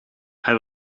hij